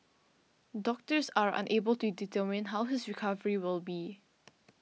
doctors are unable to determine how his recovery would be